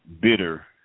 bitter